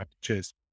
Cheers